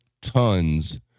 tons